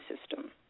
system